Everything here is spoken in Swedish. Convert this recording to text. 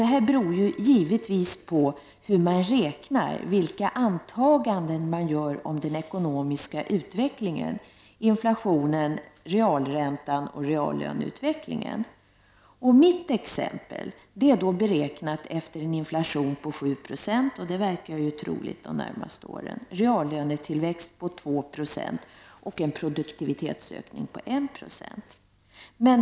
Kostnaden beror givetvis på hur man räknar, vilka antaganden man gör om den ekonomiska utvecklingen, inflationen, realräntan och reallöneutvecklingen. Mitt exempel är beräknat efter en inflation på 7 Jo, vilket verkar troligt de närmaste åren, en reallönetillväxt på 2 70 och en produktivitetsökning på 196.